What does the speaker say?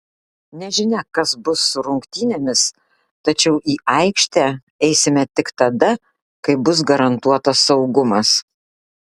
nežinia kas bus su rungtynėmis tačiau į aikštę eisime tik tada kai bus garantuotas saugumas